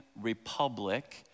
Republic